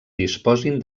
disposin